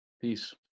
Peace